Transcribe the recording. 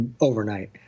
overnight